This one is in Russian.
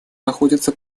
находится